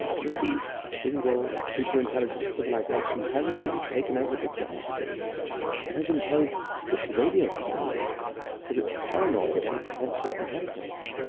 maybe a single, superintelligent civilization has indeed taken over the galaxy and has imposed strict radio silence because it's paranoid of any potential competitors.